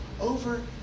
over